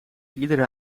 iedere